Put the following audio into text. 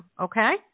Okay